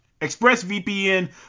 ExpressVPN